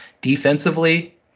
Defensively